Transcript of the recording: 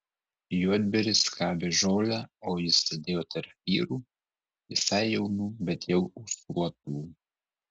juodbėris skabė žolę o jis sėdėjo tarp vyrų visai jaunų bet jau ūsuotų